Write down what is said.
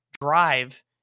drive